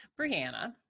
Brianna